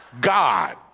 God